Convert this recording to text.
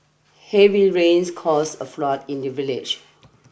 heavy rains caused a flood in the village